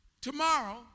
tomorrow